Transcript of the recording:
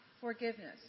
forgiveness